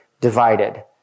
divided